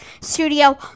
Studio